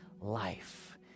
life